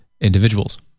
individuals